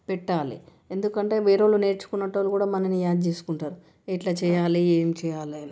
పెట్టాలి ఎందుకంటే వేరే వాళ్లు నేర్చుకునే వాళ్లు మనల్ని యాద్ చేసుకుంటారు ఎట్ల చేయాలి ఏమి చేయాలి అని